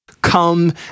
come